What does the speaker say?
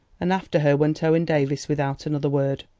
and after her went owen davies without another word.